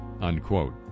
Unquote